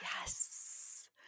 Yes